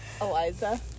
eliza